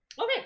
Okay